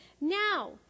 Now